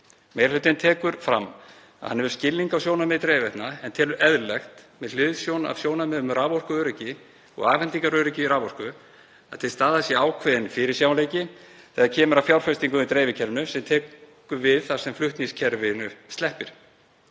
Meiri hlutinn tekur fram að hann hefur skilning á sjónarmiði dreifiveitna en telur eðlilegt, með hliðsjón af sjónarmiðum um raforkuöryggi og afhendingaröryggi raforku, að til staðar sé ákveðinn fyrirsjáanleiki þegar kemur að fjárfestingum í dreifikerfinu sem tekur við þar sem flutningskerfinu sleppir.